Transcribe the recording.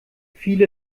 viele